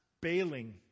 bailing